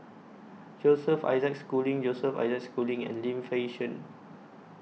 Joseph Isaac Schooling Joseph Isaac Schooling and Lim Fei Shen